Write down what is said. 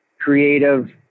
creative